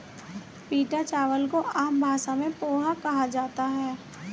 पीटा चावल को आम भाषा में पोहा कहा जाता है